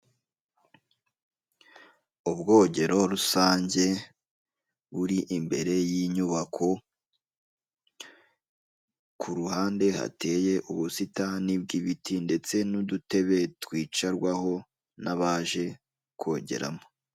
ubwogero rusange buri imbere y'inyubako ku ruhande hateye ubusitani bw'ibiti ndetse n'udutebe twicarwaho n'abaje kogeramo